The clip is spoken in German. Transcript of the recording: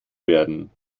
werden